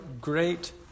great